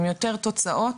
עם יותר תוצאות.